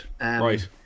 Right